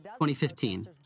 2015